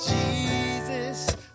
Jesus